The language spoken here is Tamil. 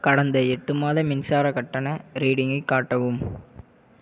கடந்த எட்டு மாத மின்சார கட்டண ரீடிங்கை காட்டவும்